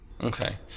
okay